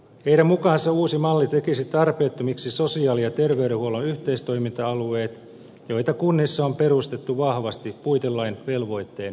heidän mukaansa uusi malli tekisi tarpeettomiksi sosiaali ja terveydenhuollon yhteistoiminta alueet joita kunnissa on perustettu vahvasti puitelain velvoitteen mukaisesti